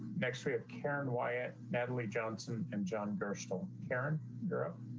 next we have karen wyatt natalie johnson and john gersten karen europe.